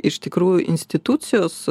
iš tikrųjų institucijos